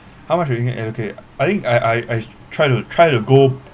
how much you can allocate I think I I I try to try to go